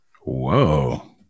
Whoa